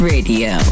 Radio